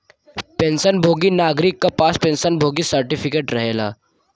pension भोगी नागरिक क पास पेंशन भोगी सर्टिफिकेट रहेला